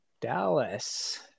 Dallas